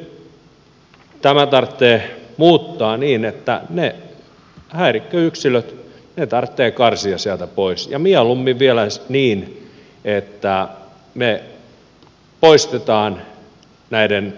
nyt tämä tarvitsee muuttaa niin että ne häirikköyksilöt tarvitsee karsia sieltä pois ja mieluummin vielä niin että ne poistetaan näiden